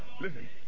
Listen